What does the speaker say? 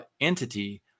entity